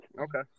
okay